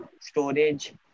storage